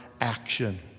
action